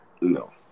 no